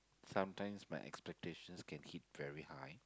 sometimes my expectations can hit very high